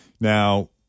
Now